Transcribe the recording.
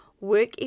work